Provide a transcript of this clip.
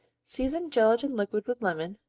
season gelatin liquid with lemon,